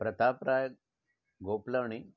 Pratap Rai Gopalani